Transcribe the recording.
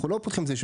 למה לא לסמוך עליהם?